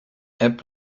app